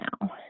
now